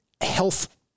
health